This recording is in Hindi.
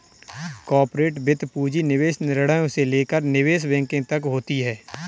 कॉर्पोरेट वित्त पूंजी निवेश निर्णयों से लेकर निवेश बैंकिंग तक होती हैं